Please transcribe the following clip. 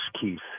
Keith